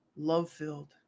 love-filled